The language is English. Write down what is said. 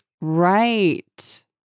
Right